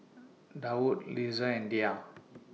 Daud Lisa and Dhia